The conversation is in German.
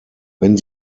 wenn